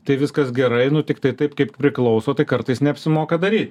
tai viskas gerai nu tiktai taip kaip priklauso tai kartais neapsimoka daryt